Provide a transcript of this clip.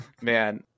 Man